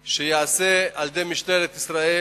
אנושה וחמורה ואין פתרון גם מבחינת פיצויים.